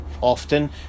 often